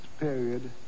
period